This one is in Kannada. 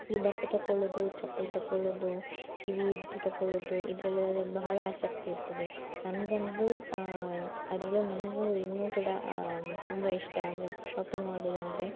ಈ ಬಟ್ಟೆ ತಕ್ಕೊಳ್ಳೋದು ಚಪ್ಪಲಿ ತಗೊಳ್ಳೋದು ಕಿವಿಯದ್ದು ತಗೊಳ್ಳೋದು ಇದರಲ್ಲಿ ಎಲ್ಲಾ ಬಹಳ ಆಸಕ್ತಿ ಇರ್ತದೆ ನನಗಂತು ಅದರಲ್ಲು ನನಗು ಇನ್ನು ಕೂಡ ತುಂಬಾ ಇಷ್ಟ ಅಂದರೆ ಶಾಪಿಂಗ್ ಮಾಡೋದಂದರೆ